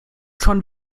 schon